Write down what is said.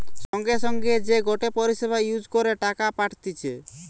সঙ্গে সঙ্গে যে গটে পরিষেবা ইউজ করে টাকা পাঠতিছে